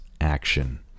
action